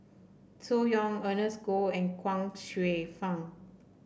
Zhu Hong Ernest Goh and Chuang Hsueh Fang